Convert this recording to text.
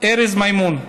ארז מימון,